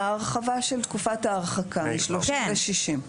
זה ההרחבה של תקופת ההרחקה מ-30 ל-60.